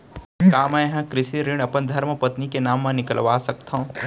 का मैं ह कृषि ऋण अपन धर्मपत्नी के नाम मा निकलवा सकथो?